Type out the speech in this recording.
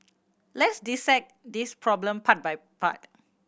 let's dissect this problem part by part